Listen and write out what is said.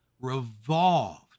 revolved